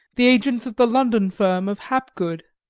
the agents of the london firm of hapgood.